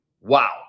wow